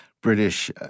British